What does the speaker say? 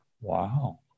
wow